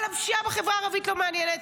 אבל הפשיעה בחברה הערבית לא מעניינת,